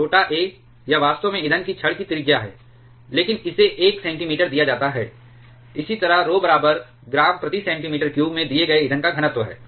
छोटा a यह वास्तव में ईंधन की छड़ की त्रिज्या है लेकिन इसे एक सेंटीमीटर दिया जाता है इसी तरह RHO बार ग्राम प्रति सेंटीमीटर क्यूब में दिए गए ईंधन का घनत्व है